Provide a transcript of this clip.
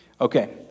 Okay